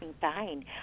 fine